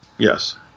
Yes